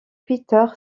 peter